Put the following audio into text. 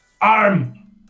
Arm